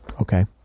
Okay